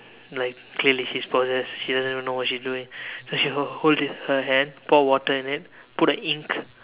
like clearly she's possessed she doesn't even know what she's doing so she hold her hand pour water in it put a ink